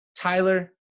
Tyler